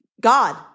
God